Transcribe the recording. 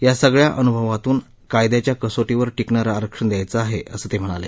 या सगळ्या अनुभवातून कायद्याच्या कसोटीवर टिकणारं आरक्षण द्यायचं आहे असं ते म्हणाले